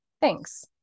Thanks